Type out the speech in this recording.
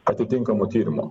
atitinkamo tyrimo